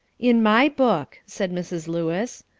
in my book, said mrs. lewis,